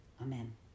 Amen